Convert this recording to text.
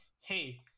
Hey